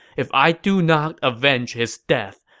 if i do not avenge his death,